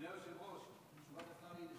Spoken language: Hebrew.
אדוני היושב-ראש, השר עונה לשנינו.